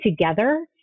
together